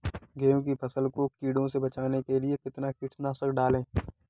गेहूँ की फसल को कीड़ों से बचाने के लिए कितना कीटनाशक डालें?